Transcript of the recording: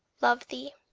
love thee.